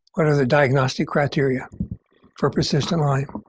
what are the diagnostic criteria for persistent lyme?